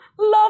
Love